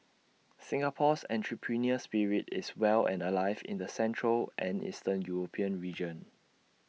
Singapore's entrepreneurial spirit is well and alive in the central and eastern european region